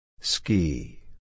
Ski